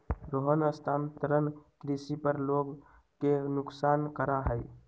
रोहन स्थानांतरण कृषि पर लोग के नुकसान करा हई